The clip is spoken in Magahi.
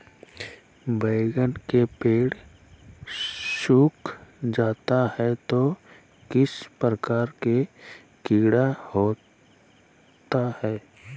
बैगन के पेड़ सूख जाता है तो किस प्रकार के कीड़ा होता है?